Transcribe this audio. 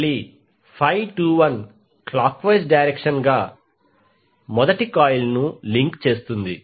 మళ్ళీ 21 clockwise direction గా మొదటి కాయిల్ను లింక్ చేస్తుంది